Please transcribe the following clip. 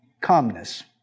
Calmness